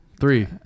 three